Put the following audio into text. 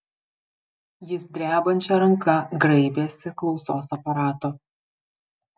jis drebančia ranka graibėsi klausos aparato